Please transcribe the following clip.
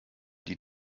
die